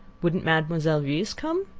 wouldn't mademoiselle reisz come?